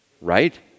right